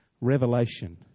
revelation